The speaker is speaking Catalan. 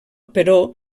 però